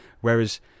Whereas